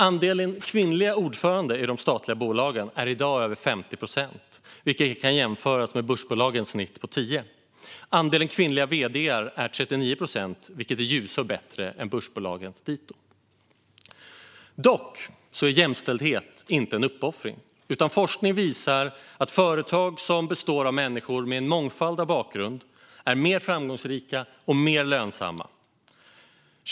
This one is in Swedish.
Andelen kvinnliga ordförande i de statliga bolagen är i dag över 50 procent, vilket kan jämföras med börsbolagens snitt på 10 procent. Andelen kvinnliga vd:ar i de statliga bolagen är 39 procent. Det är ljusår bättre än börsbolagens dito. Jämställdhet är dock inte en uppoffring. Forskning visar att företag som består av människor med en mångfald av bakgrunder är mer framgångsrika och mer lönsamma.